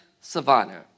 savanna